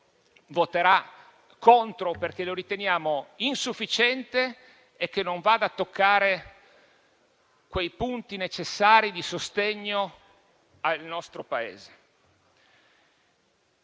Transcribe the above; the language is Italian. voterà contro, perché lo riteniamo insufficiente e perché pensiamo che non vada a toccare i punti necessari di sostegno al nostro Paese.